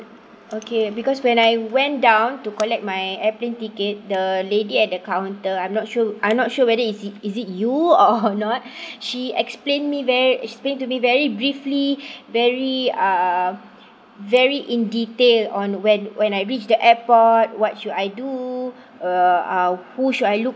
okay because when I went down to collect my airplane ticket the lady at the counter I'm not sure I'm not sure whether is it is it you or not she explained me very explained to me very briefly very uh very in detailed on when when I reach the airport what should I do uh uh who should I look